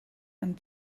and